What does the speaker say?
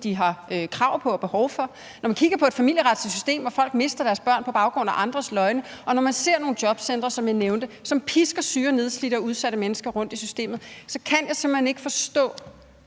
de har krav på og behov for; når man kigger på et familieretsligt system, hvor folk mister deres børn på baggrund af andres løgne; og når man ser nogle jobcentre, som jeg nævnte, som pisker syge og nedslidte og udsatte mennesker rundt i systemet, så kan jeg simpelt hen ikke forstå,